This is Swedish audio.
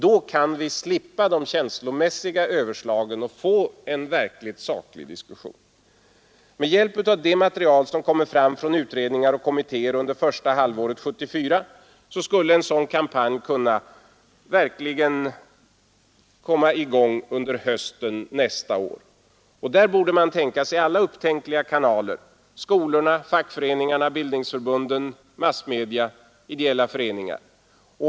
Då kan vi slippa de känslomässiga överslagen och få en verkligt saklig diskussion. Med hjälp av det material som kommer fram från utredningar och kommittéer under det första halvåret 1974 skulle en sådan kampanj verkligen kunna komma i gång under hösten nästa år. Här bör man aktivera alla upptänkliga kanaler: skolorna, fackföreningarna, bildningsförbunden, massmedia och ideella föreningar.